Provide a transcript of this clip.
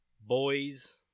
boys